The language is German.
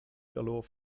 verlor